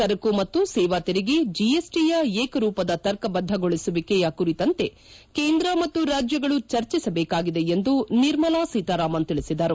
ಸರಕು ಮತ್ತು ಸೇವಾ ತೆರಿಗೆ ಜಿಎಸ್ಟಿಯ ಏಕರೂಪದ ತರ್ಕಬದ್ದಗೊಳಿಸುವಿಕೆಯ ಕುರಿತಂತೆ ಕೇಂದ್ರ ಮತ್ತು ರಾಜ್ಯಗಳು ಚರ್ಚಿಸಬೇಕಾಗಿದೆ ಎಂದು ನಿರ್ಮಲಾ ಸೀತಾರಾಮನ್ ತಿಳಿಸಿದರು